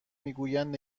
میگویند